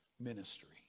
ministry